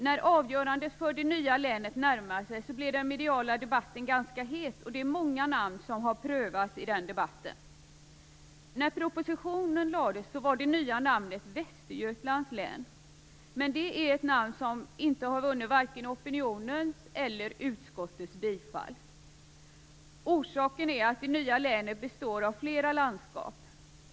När avgörandet för det nya länet närmade sig blev den mediala debatten het, och det är många namn som prövats i den debatten. Västergötlands län, men det är ett namn som inte har vunnit vare sig opinionens eller utskottets bifall. Orsaken är att det nya länet består av flera landskap.